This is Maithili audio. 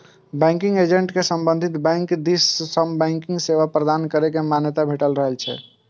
बैंकिंग एजेंट कें संबंधित बैंक दिस सं बैंकिंग सेवा प्रदान करै के मान्यता भेटल रहै छै